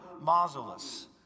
Mausolus